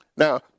Now